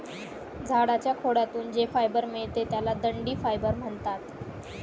झाडाच्या खोडातून जे फायबर मिळते त्याला दांडी फायबर म्हणतात